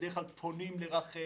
בדרך כלל פונים לרח"ל,